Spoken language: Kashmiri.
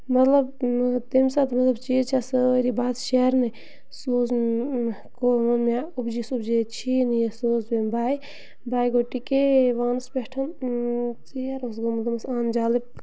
مطلب تَمہِ ساتہٕ مےٚ دوٚپ چیٖز چھا سٲری بَتہٕ شیرنہِ سوٗز ووٚن مےٚ اوب جِیَس اوب جی ییٚتہِ چھِی نہٕ یہِ سوز مےٚ باے باے گوٚو ٹِکے وانَس پٮ۪ٹھ ژیر اوس گوٚمُت دوٚپمَس اَن جَلٕد